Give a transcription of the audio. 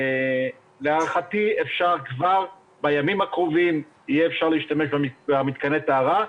להערכתי כבר בימים הקרובים יהיה אפשר להשתמש במתקני הטהרה,